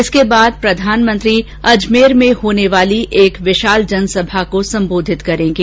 इसके बाद प्रधानमंत्री अजमेर में होने वाली एक विशाल जनसभा को सम्बोधित करेंगे